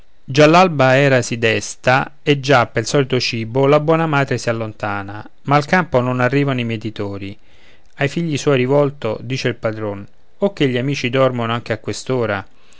allodola già l'alba erasi desta e già pel solito cibo la buona madre si allontana ma al campo non arrivano i mietitori a figli suoi rivolto dice il padron o che gli amici dormono anche a